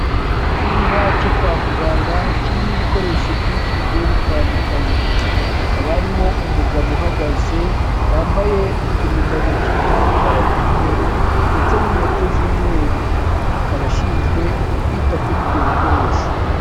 Icyumba cyo kwa muganga kirimo ibikoresho byinshi bigiye bitandukanye. Hakaba harimo umugabo uhagaze, wambaye uturindantoki turi mu ibara ry'umweru ndetse n'inkweto z'umweru. Akaba ashinzwe kwita kuri ibyo bikoresho.